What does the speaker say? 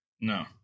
No